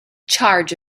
charge